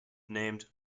named